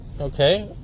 okay